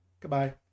Goodbye